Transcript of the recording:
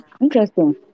interesting